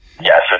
Yes